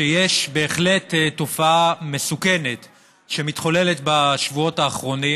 שיש בהחלט תופעה מסוכנת שמתחוללת בשבועות האחרונים,